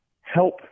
help